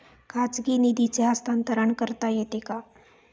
खाजगी निधीचे हस्तांतरण करता येते का?